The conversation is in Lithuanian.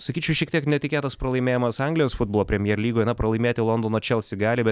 sakyčiau šiek tiek netikėtas pralaimėjimas anglijos futbolo premjer lygoje na pralaimėti londono chelsea gali bet